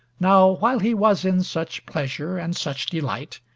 now while he was in such pleasure and such delight,